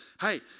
Hey